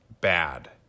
bad